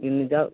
দিল্লি যা